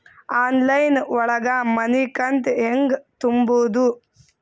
Online ಒಳಗ ಮನಿಕಂತ ಹ್ಯಾಂಗ ತುಂಬುದು?